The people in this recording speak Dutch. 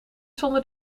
zonder